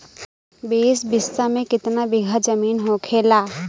बीस बिस्सा में कितना बिघा जमीन होखेला?